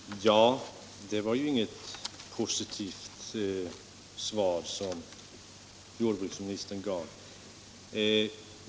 Herr talman! Det var ju inget positivt svar som jordbruksministern gav.